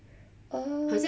err